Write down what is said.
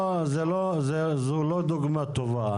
זו לא דוגמה טובה.